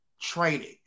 training